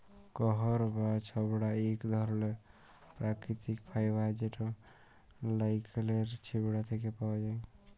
কইর বা ছবড়া ইক ধরলের পাকিতিক ফাইবার যেট লাইড়কেলের ছিবড়া থ্যাকে পাউয়া যায়